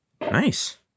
Nice